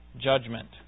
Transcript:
judgment